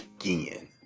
again